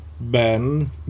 Ben